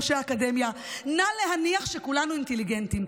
אנשי האקדמיה: נא להניח שכולנו אינטליגנטים.